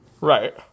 right